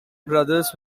brothers